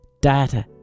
data